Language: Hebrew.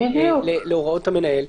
להוראות המנהל,